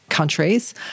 countries